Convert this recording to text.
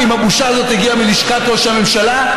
ואם הבושה הזאת הגיעה מלשכת ראש הממשלה,